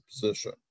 position